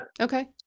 okay